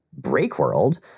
Breakworld